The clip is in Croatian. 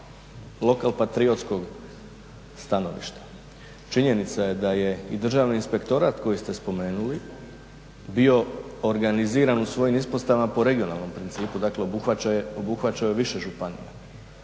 lokal patriotskog stanovišta. Činjenica je da je i Državni inspektorat koji ste spomenuli bio organiziran u svojim ispostavama po regionalnom principu dakle obuhvaćao je više županija.